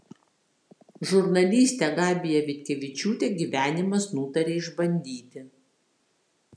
žurnalistę gabiją vitkevičiūtę gyvenimas nutarė išbandyti